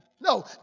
No